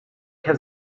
has